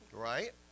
Right